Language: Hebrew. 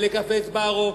או לקפה "סבארו",